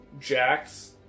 jacks